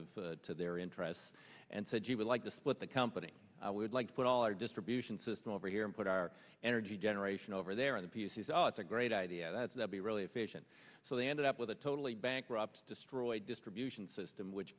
captive to their interests and said you would like to split the company i would like to put all our distribution system over here and put our energy generation over there on the p c it's a great idea that's the be really efficient so they ended up with a totally bankrupt destroyed distribution system which